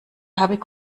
habeck